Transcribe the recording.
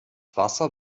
wasser